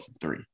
three